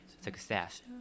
success